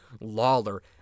Lawler